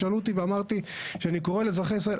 שאלו אותי ואמרתי שאני קורא לאזרחי ישראל,